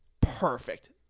perfect